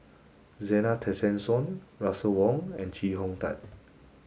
Zena Tessensohn Russel Wong and Chee Hong Tat